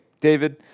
David